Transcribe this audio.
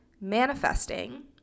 manifesting